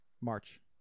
March